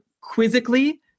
quizzically